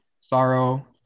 sorrow